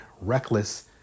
reckless